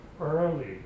early